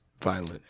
violent